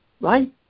right